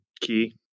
key